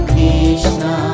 Krishna